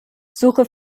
suche